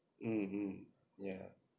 mm hm yeah